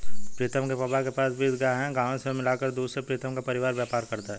प्रीतम के पापा के पास बीस गाय हैं गायों से मिला दूध से प्रीतम का परिवार व्यापार करता है